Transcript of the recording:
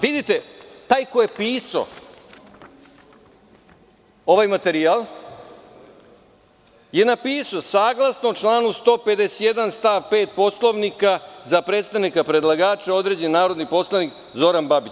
Vidite, taj koji je pisao ovaj materijal je napisao – saglasno članu 151. stav 5. Poslovnika, za predstavnika predlagača određen je narodni poslanik Zoran Babić.